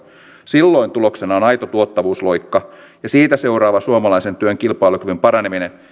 silloin tuloksena on aito tuottavuusloikka ja siitä seuraava suomalaisen työn kilpailukyvyn paraneminen ja